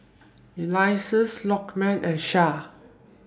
Elyas Lokman and Shah